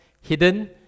hidden